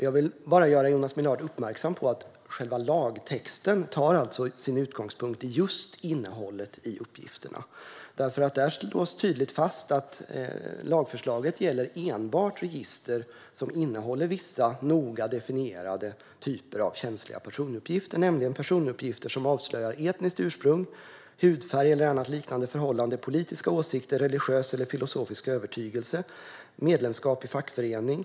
Jag vill bara göra Jonas Millard uppmärksam på att själva lagtexten alltså tar sin utgångspunkt just i innehållet i uppgifterna. Där slås nämligen tydligt fast att lagförslaget enbart gäller register som innehåller vissa, noga definierade, typer av känsliga personuppgifter. Det gäller uppgifter som avslöjar etniskt ursprung, hudfärg eller annat liknande förhållande, politiska åsikter, religiös eller filosofisk övertygelse och medlemskap i fackförening.